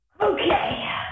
Okay